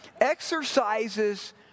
exercises